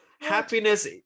Happiness